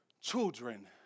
Children